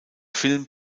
film